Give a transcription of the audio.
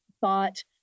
thought